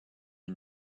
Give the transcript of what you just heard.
une